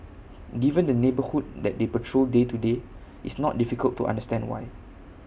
given the neighbourhood that they patrol day to day it's not difficult to understand why